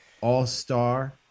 all-star